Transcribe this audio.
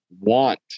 want